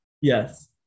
Yes